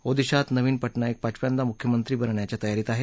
ओदिशात नवीन पटनायक पाचव्यांदा मुख्यमंत्री बनण्याच्या तयारीत आहेत